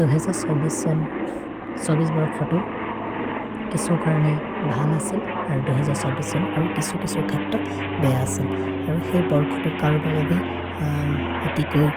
दोहेज सबि शोन्, सबि श्वर् खतु, किसो कर्ने भनसेल्, अरो दोहेज सबि शोन्, अरो किसो किसो खेत्त बेअसेल्। अरो हेइ बोर् खतु कर्बबे ओतिकोइ,